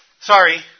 Sorry